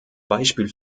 beispiel